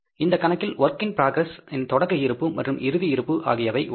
இந்த கணக்கில் work in progress இன் தொடக்க இருப்பு மற்றும் இறுதி இருப்பு ஆகியவை உள்ளன